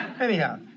Anyhow